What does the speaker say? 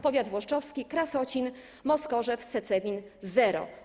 Powiat włoszczowski: Krasocin, Moskorzew, Secemin - zero.